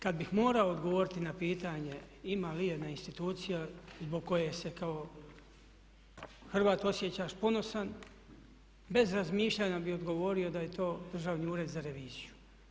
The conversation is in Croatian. Kad bih morao odgovoriti na pitanje ima li ijedna institucija zbog koje se kao Hrvat osjećaš ponosan bez razmišljanja bih odgovorio da je to Državni ured za reviziju.